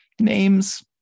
names